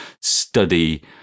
study